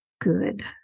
good